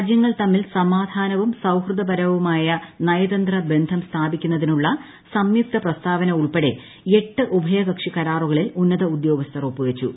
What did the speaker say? രാജ്യങ്ങൾ തമ്മിൽ സമീധ്യാന്വും സൌഹാർദ്ദപരവുമായ നയതന്ത്ര ബന്ധം സ്ഥാപിക്കുന്നതിനുള്ള സംയുക്ത പ്രസ്താവന ഉൾപ്പെടെ എട്ട് ഉഭയകക്ഷി കരാറുകളിൽ ഉന്നത ഉദ്യോഗസ്ഥർ ഒപ്പുവച്ചു